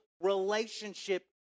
relationship